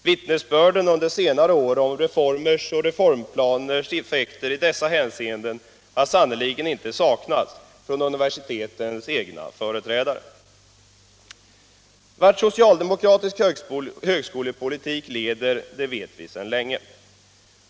Vittnesbörd under senare år om reformers och reformplaners effekter i dessa hänseenden har sannerligen inte saknats från universitetens egna företrädare. Vart socialdemokratisk högskolepolitik leder vet vi sedan länge.